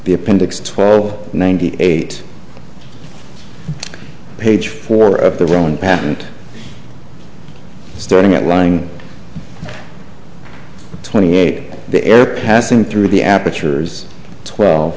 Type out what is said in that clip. the appendix twelve ninety eight page four of the rhone patent starting at lying twenty eight the air passing through the apertures twelve